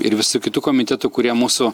ir visų kitų komitetų kurie mūsų